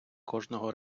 кожного